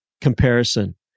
comparison